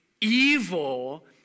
evil